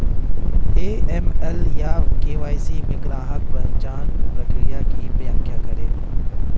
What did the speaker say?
AML या KYC में ग्राहक पहचान प्रक्रिया की व्याख्या करें?